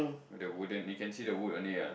on the wooden you can see the wood on it ah